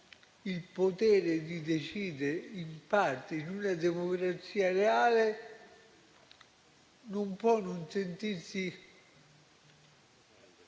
il potere di decidere in parte in una democrazia reale, non può non sentirsi